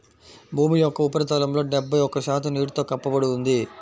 భూమి యొక్క ఉపరితలంలో డెబ్బై ఒక్క శాతం నీటితో కప్పబడి ఉంది